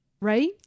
Right